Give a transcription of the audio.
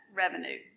revenue